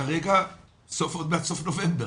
כרגע לקראת סוף נובמבר.